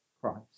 Christ